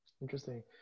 Interesting